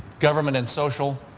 government in social,